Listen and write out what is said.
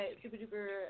super-duper